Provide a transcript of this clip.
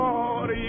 Lord